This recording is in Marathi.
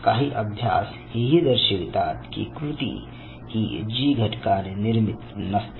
काही अभ्यास हेही दर्शविते कि कृती ही 'जी' घटकाने निर्मित नसते